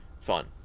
fun